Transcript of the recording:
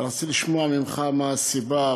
ורציתי לשמוע ממך מה הסיבה,